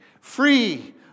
Free